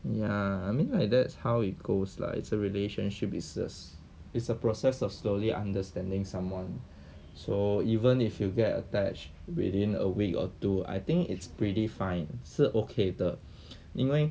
ya I mean like that's how it goes lah it's a relationship it's a it's a process of slowly understanding someone so even if you get attached within a week or two I think it's pretty fine 是 okay 的因为